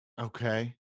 Okay